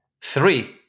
Three